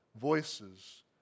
voices